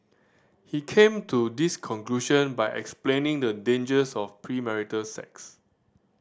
he came to this conclusion by explaining the dangers of premarital sex